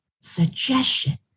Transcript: suggestion